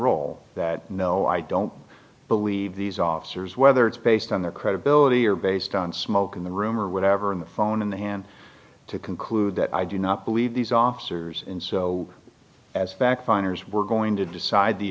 role that no i don't believe these officers whether it's based on their credibility or based on smoke in the room or whatever in the phone in the hand to conclude that i do not believe these officers and so as fact finders were going to decide the